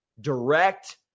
direct